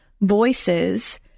voices